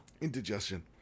Indigestion